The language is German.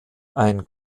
ein